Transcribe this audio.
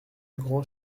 grand